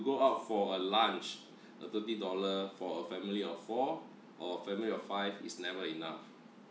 go out for a lunch a thirty dollar for a family of four or family of five is never enough